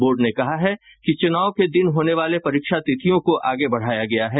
board ने कहा है कि चुनाव के दिन होने वाले परीक्षा तिथियों को आगे बढ़ाया गया है